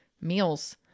meals